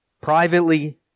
privately